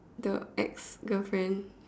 the ex girlfriend